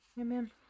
Amen